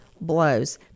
blows